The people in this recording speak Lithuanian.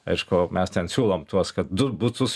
aišku mes ten siūlom tuos kad du butus